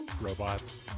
robots